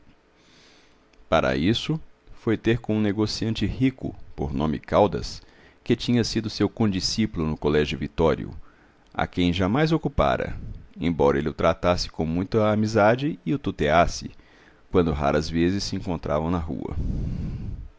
para isso foi ter com um negociante rico por nome caldas que tinha sido seu condiscípulo no colégio vitório a quem jamais ocupara embora ele o tratasse com muita amizade e o tuteasse quando raras vezes se encontravam na rua